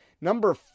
Number